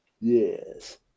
yes